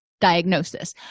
diagnosis